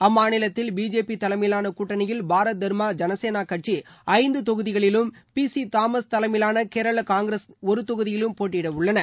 அம்மாநிலத்தில் பிஜேபி தலைமையிலான கூட்டணியில் பாரத் தர்மா ஜனசேனா கூட்சி ஐந்து தொகுதிகளிலும் பி சி தாமஸ் தலைமையிலான கேரள காங்கிரஸ் ஒரு தொகுதியிலும் போட்டியிட உள்ளன